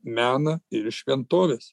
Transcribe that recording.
meną ir šventoves